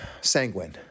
sanguine